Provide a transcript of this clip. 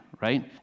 right